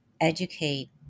educate